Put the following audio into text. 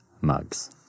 mugs